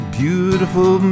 beautiful